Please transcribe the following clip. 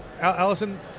Allison